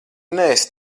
neesi